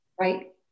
right